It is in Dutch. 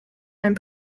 mijn